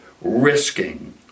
Risking